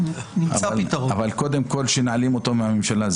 אבל קודם כל שנעלים אותו מהממשלה,